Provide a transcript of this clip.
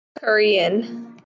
Korean